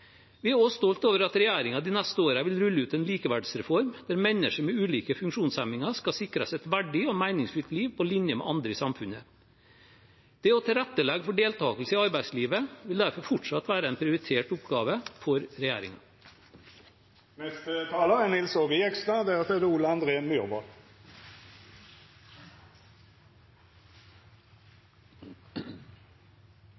Vi er også stolte over at regjeringen de neste årene vil rulle ut en likeverdsreform, der mennesker med ulike funksjonshemminger skal sikres et verdig og meningsfullt liv på linje med andre i samfunnet. Det å tilrettelegge for deltakelse i arbeidslivet vil derfor fortsatt være en prioritert oppgave for